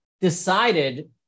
decided